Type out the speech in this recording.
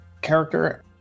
character